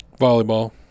Volleyball